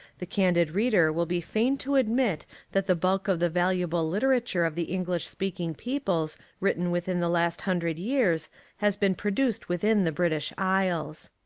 the candid reader will be fain to admit that the bulk of the valuable literature of the english-speaking peoples written within the last hundred years has been produced within the british isles.